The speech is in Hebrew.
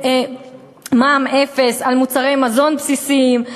למע"מ אפס על מוצרי מזון בסיסיים.